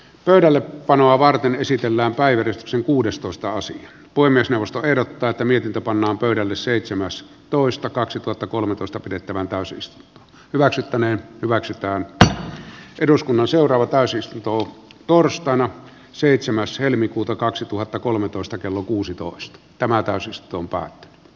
pöydällepanoa varten esitellään päivyri sen kuudestoista osin voi myös nostaa peräpäätä mietintö pannaan pöydälle seitsemäs toista kaksituhattakolmetoista pidettävään pääsystä hyväksyttäneen hyväksikäyttö eduskunnan seuraava täysistuntoon torstaina seitsemäs helmikuuta kaksituhattakolmetoista kello kuusitoista tämä täysistuntoa